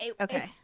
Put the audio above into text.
okay